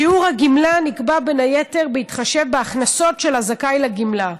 שיעור הגמלה נקבע בין היתר בהתחשב בהכנסות של הזכאי לגמלה.